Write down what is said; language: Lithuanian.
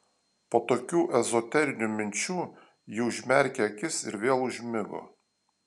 po tokių ezoterinių minčių ji užmerkė akis ir vėl užmigo